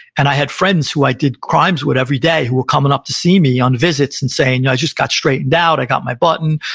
and i had friends who i did crimes with every day who were coming up to see me on visits and saying, yeah i just got straightened out, i got my button.